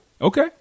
Okay